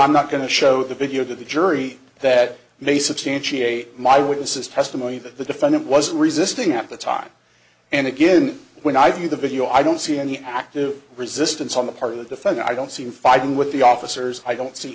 i'm not going to show the video to the jury that may substantiate my witness's testimony that the defendant was resisting at the time and again when i view the video i don't see any active resistance on the part of the defendant i don't see him fighting with the officers i don't see